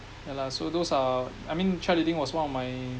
ya lah so those are I mean cheerleading was one of my